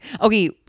okay